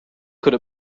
could